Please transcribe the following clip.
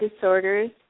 disorders